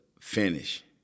finish